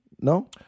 No